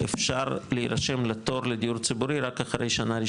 אפשר להירשם לתור לדיור ציבורי,